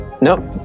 Nope